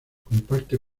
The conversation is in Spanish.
comparte